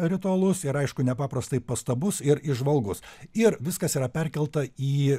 ritualus ir aišku nepaprastai pastabus ir įžvalgus ir viskas yra perkelta į